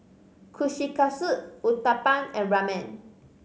Kushikatsu Uthapam and Ramen